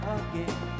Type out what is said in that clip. again